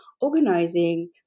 organizing